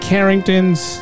Carringtons